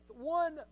one